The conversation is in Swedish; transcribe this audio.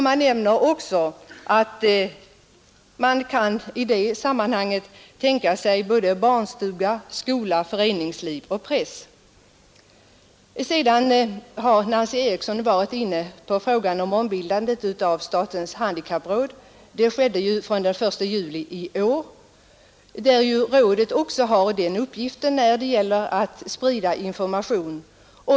Man nämner också att man i det sammanhanget kan tänka sig både barnstugor, skolor, föreningsliv och press. Statens handikappråd har också till uppgift att sprida information.